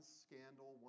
scandal